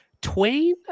Twain